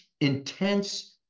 intense